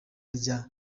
rya